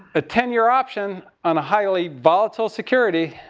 a ten year option on a highly volatile security,